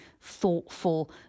Thoughtful